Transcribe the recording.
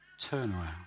Turnaround